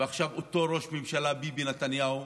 ועכשיו אותו ראש ממשלה, ביבי נתניהו,